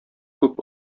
күп